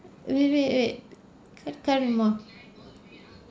wait wait wait have you climb up